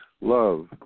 love